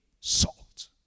salt